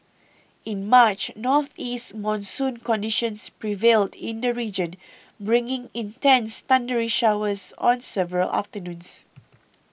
in March northeast monsoon conditions prevailed in the region bringing intense thundery showers on several afternoons